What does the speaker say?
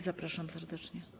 Zapraszam serdecznie.